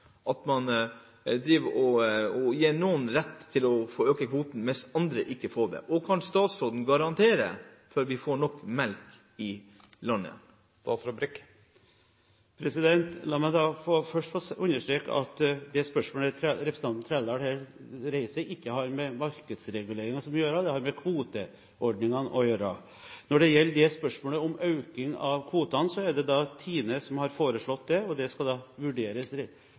at man gir noen rett til å øke kvoten, mens andre ikke får det? Kan statsråden garantere at vi får nok melk i landet? La meg først få understreke at det spørsmålet som representanten Trældal her stiller, ikke har med markedsreguleringen å gjøre, men det har med kvoteordningene å gjøre. Når det gjelder spørsmålet om å øke kvotene, er det TINE som har foreslått det, og det skal vurderes